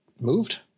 moved